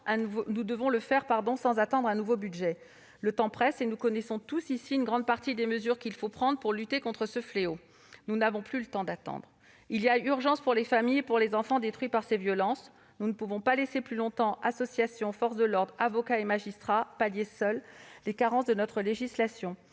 Nous devons le faire sans attendre un nouveau budget. Le temps presse, et nous connaissons une grande partie des mesures qu'il faut prendre pour lutter contre ce fléau. Nous n'avons plus le temps d'attendre. II y a urgence pour les familles et pour les enfants que ces violences détruisent. Nous ne pouvons pas laisser plus longtemps les associations, les forces de l'ordre, les avocats et les magistrats pallier seuls les carences de notre législation.